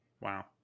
Wow